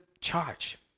charge